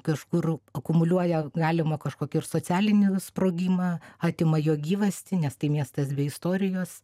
kažkur akumuliuoja galimą kažkokį ir socialinį sprogimą atima jo gyvastį nes tai miestas be istorijos